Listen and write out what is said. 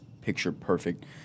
picture-perfect